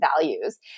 values